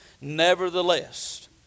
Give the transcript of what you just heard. Nevertheless